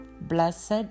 Blessed